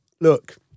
look